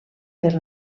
per